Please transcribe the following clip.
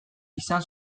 izan